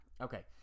Okay